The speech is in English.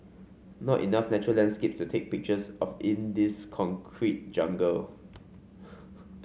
not enough natural landscapes to take pictures of in this concrete jungle